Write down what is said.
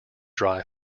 dry